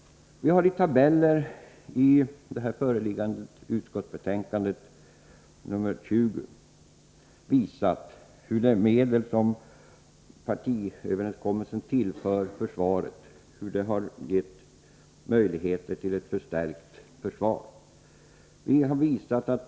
Vi har i tabeller i det föreliggande utskottsbetänkandet, nr 20, visat hur de medel som partiöverenskommelsen tillför försvaret givit möjligheter till ett förstärkt försvar.